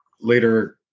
later